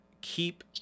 keep